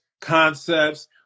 concepts